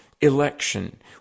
election